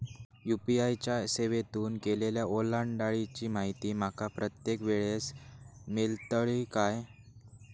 UPI च्या सेवेतून केलेल्या ओलांडाळीची माहिती माका प्रत्येक वेळेस मेलतळी काय?